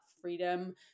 freedom